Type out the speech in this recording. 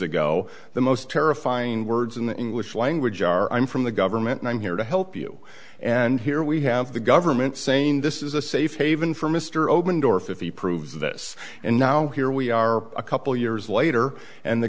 ago the most terrifying words in the english language are i'm from the government and i'm here to help you and here we have the government saying this is a safe haven for mr open door if he proves this and now here we are a couple years later and the